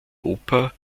oper